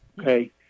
Okay